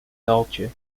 pijltje